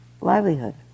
livelihood